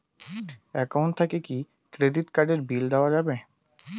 Account থাকি কি credit card এর বিল দেওয়া যাবে?